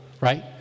right